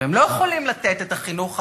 והם לא יכולים לתת את החינוך העודף,